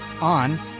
on